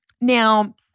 Now